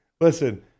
listen